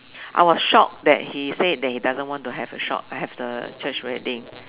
I was shocked that he said that he doesn't want to have a shop uh have the church wedding